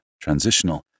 transitional